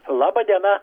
laba diena